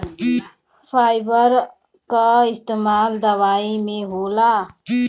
fibre कअ इस्तेमाल दवाई में होला